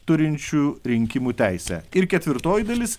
turinčių rinkimų teisę ir ketvirtoji dalis